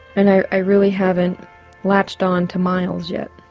and i really haven't latched onto miles yet.